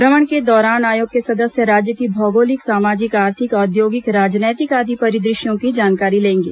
भ्रमण के दौरान आयोग के सदस्य राज्य की भौगोलिक सामाजिक आर्थिक औद्योगिक राजनैतिक आदि परिदृश्यों की जानकारी लेंगे